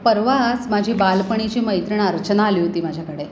परवाच माझी बालपणीची मैत्रिण अर्चना आली होती माझ्याकडे